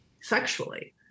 sexually